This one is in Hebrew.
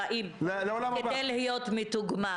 צריך לחכות לחיים הבאים כדי להיות מתוגמל,